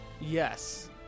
Yes